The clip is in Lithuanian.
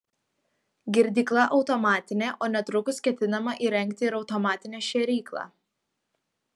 girdykla automatinė o netrukus ketinama įrengti ir automatinę šėryklą